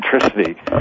electricity